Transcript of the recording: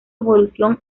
evolución